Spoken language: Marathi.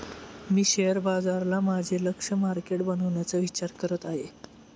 मी शेअर बाजाराला माझे लक्ष्य मार्केट बनवण्याचा विचार करत आहे